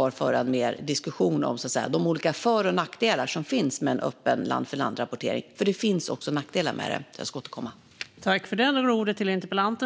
jag föra mer av en diskussion om de olika för och nackdelar som finns med en öppen land-för-land-rapportering - för det finns även nackdelar med det. Jag ska återkomma till det.